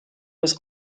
was